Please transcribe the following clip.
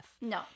No